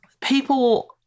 people